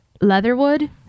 Leatherwood